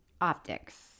optics